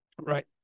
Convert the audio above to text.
Right